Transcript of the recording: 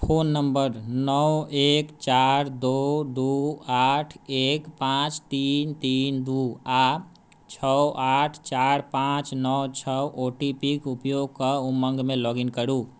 phone number नओ एक चारि दो दो आठ एक पाँच तीन तीन दू आओर छओ आठ चारि पाँच नओ छओ ओटीपीक उपयोग कऽ उमङ्गमे लॉग इन करु